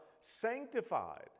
sanctified